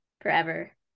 forever